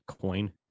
coin